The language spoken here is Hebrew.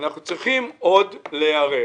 שאנחנו צריכים עוד להיערך.